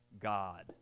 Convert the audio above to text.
God